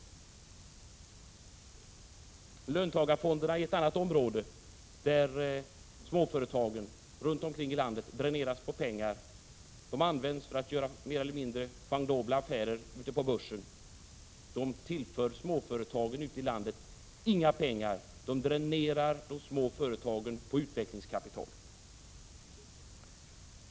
Löntagarfonderna är ett annat område där småföretagen runt omkring i landet dräneras på pengar, som används för att göra mer eller mindre sjangdobla affärer på börsen. De tillför inte småföretagen ute i landet några pengar, utan de dränerar de små företagen på utvecklingskapital.